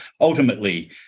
ultimately